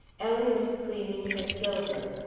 ellen was cleaning her silver.